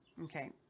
Okay